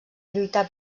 lluitar